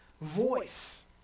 voice